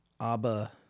Abba